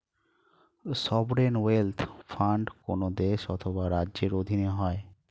sovereign wealth fund কোন দেশ অথবা রাজ্যের অধীনে হয়